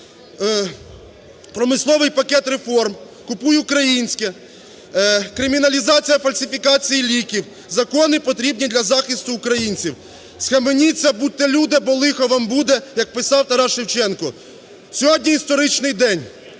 промисловий пакет реформ, "Купуй українське", криміналізація фальсифікацій ліків – закони потрібні для захисту українців. "Схаменіться! будьте люди, бо лихо вам буде", – як писав Тарас Шевченко. Сьогодні історичний день.